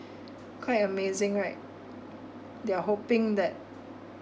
quite amazing right they're hoping that